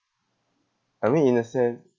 I mean in a sense